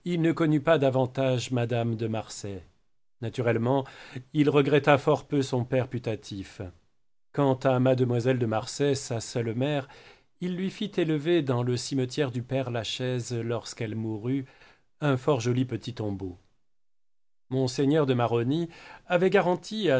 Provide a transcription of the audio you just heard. il ne connut pas davantage madame de marsay naturellement il regretta fort peu son père putatif quant à mademoiselle de marsay sa seule mère il lui fit élever dans le cimetière du père-lachaise lorsqu'elle mourut un fort joli petit tombeau mgr de maronis avait garanti